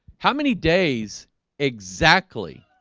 how many days exactly?